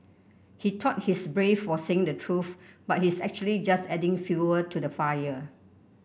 he thought he's brave for saying the truth but he's actually just adding fuel to the fire